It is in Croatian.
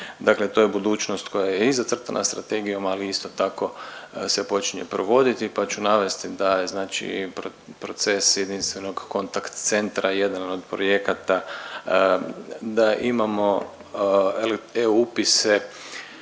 Dakle to je budućnost koja je i zacrtana strategijom ali isto tako se počinje provoditi pa ću navesti da je znači proces jedinstvenog kontakt centra jedan od projekata da imamo ili e-upise